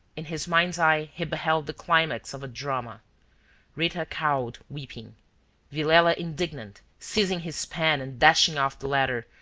in his mind's eye he beheld the climax of a drama rita cowed, weeping villela indignant, seizing his pen and dashing off the letter,